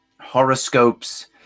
horoscopes